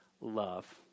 love